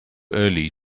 early